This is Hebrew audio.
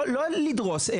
לא לדרוס,